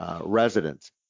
residents